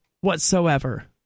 whatsoever